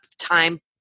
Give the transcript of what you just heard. time